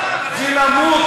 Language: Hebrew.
לו.